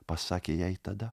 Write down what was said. pasakė jai tada